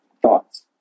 thoughts